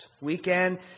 weekend